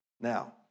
Now